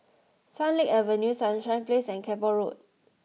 Swan Lake Avenue Sunshine Place and Keppel Road